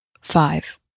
five